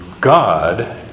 God